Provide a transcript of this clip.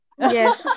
Yes